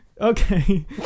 okay